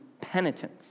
penitence